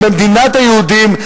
במדינת היהודים,